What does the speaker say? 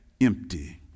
empty